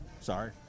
sorry